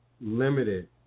limited